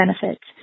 benefits